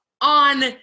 on